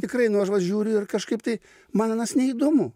tikrai nu aš vat žiūriu ir kažkaip tai man anas neįdomu